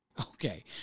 Okay